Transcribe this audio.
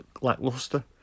lackluster